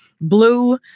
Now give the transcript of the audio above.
blue